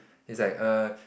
he's like err